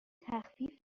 تخفیف